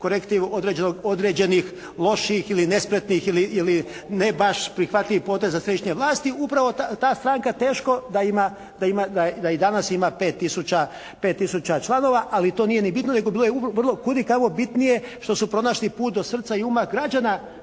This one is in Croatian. korektiv određenih loših ili nespretnih ili ne baš prihvatljivih poteza središnje vlasti. Upravo ta stranka teško da ima, da i danas ima 5 tisuća članova ali to nije ni bitno nego bilo je kudikamo bitnije što su pronašli put do srca i uma građana